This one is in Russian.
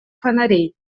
фонарей